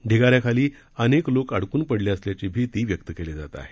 ढिगाऱ्याखाली अनेक लोक अडकून पडले असल्याची भीती व्यक्त केली जात आहे